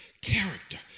Character